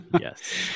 Yes